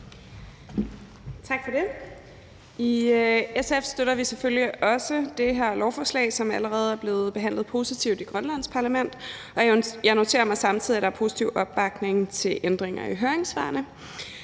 Tak for det. I SF støtter vi selvfølgelig også det her lovforslag, som allerede er blevet behandlet positivt i Grønlands parlament, og jeg noterer mig samtidig, at der er positiv opbakning til ændringerne i høringssvarene.